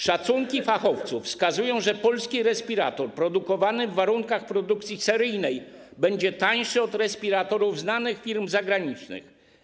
Szacunki fachowców wskazują, że polski respirator produkowany w warunkach produkcji seryjnej będzie tańszy od respiratorów znanych firm zagranicznych.